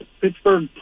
Pittsburgh